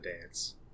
dance